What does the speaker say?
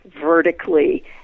vertically